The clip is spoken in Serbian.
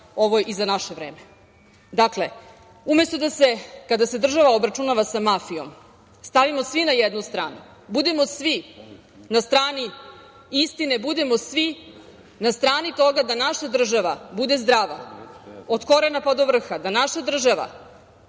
ovo i za naše vreme. Dakle, umesto da se kada se država obračunava sa mafijom stanimo svi na jednu stranu, budimo svi na strani istine, budimo svi na strani toga da naša država bude zdrava od korena pa do vrha, da naša država